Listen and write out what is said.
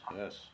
yes